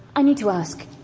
i need to ask,